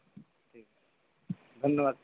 ঠিক আছে ধন্যবাদ স্যার